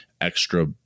extra